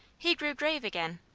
he grew grave again.